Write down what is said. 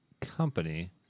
company